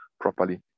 properly